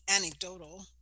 anecdotal